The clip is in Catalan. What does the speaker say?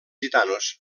gitanos